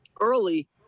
early